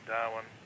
Darwin